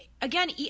again